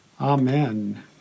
Amen